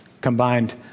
combined